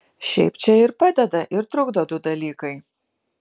šiaip čia ir padeda ir trukdo du dalykai